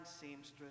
seamstress